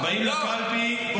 באים לקלפי בוחרים,